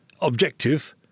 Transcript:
objective